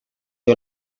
you